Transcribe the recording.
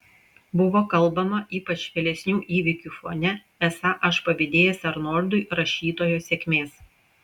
buvo kalbama ypač vėlesnių įvykių fone esą aš pavydėjęs arnoldui rašytojo sėkmės